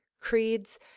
creeds